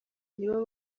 nibo